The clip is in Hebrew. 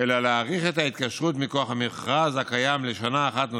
אלא להאריך את ההתקשרות מכוח המכרז הקיים לשנה אחת,